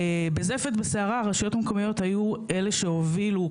בזפת בסערה הרשויות המקומיות היו אלה שהובילו,